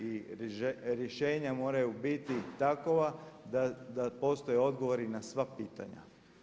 I rješenja moraju biti takova da postoje odgovori na sva pitanja.